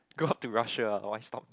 go up to Russia ah got one stop